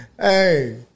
Hey